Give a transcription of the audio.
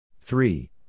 Three